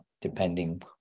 depending